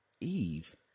Eve